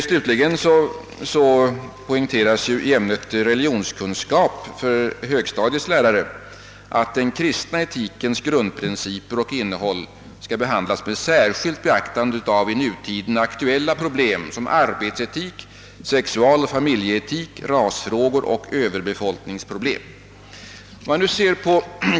Slutligen poängteras i ämnet religionskunskap för högstadiets lärare att den kristna etikens grundprinciper och innehåll skall beaktas med särskild hänsyn tagen till i nutiden aktuella problem som arbetsetik, sexualoch familjeetik, rasfrågor och överbefolkningsfrågor.